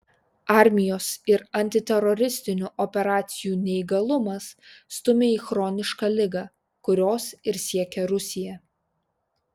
armijos ir antiteroristinių operacijų neįgalumas stumia į chronišką ligą kurios ir siekia rusija